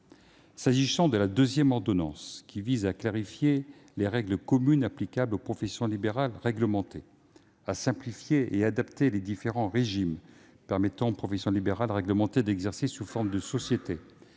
autorisant le Gouvernement à clarifier les règles communes applicables aux professions libérales réglementées, à simplifier et à adapter les différents régimes permettant aux professions libérales réglementées d'exercer sous forme de société